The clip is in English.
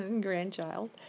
grandchild